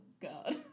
God